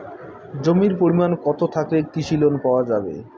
জমির পরিমাণ কতো থাকলে কৃষি লোন পাওয়া যাবে?